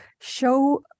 show